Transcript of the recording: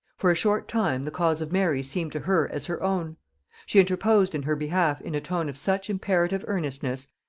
for a short time the cause of mary seemed to her as her own she interposed in her behalf in a tone of such imperative earnestness,